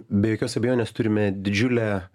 be jokios abejonės turime didžiulę